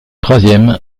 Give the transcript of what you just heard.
troisième